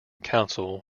council